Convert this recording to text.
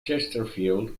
chesterfield